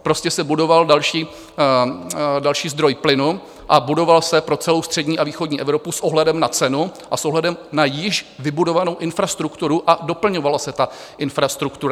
Prostě se budoval další zdroj plynu a budoval se pro celou střední a východní Evropu s ohledem na cenu a s ohledem na již vybudovanou infrastrukturu a doplňovala se ta infrastruktura.